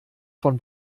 von